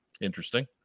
interesting